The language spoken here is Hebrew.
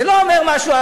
זה לא אומר משהו,